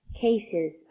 cases